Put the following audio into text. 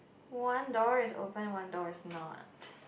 one door is open one door is not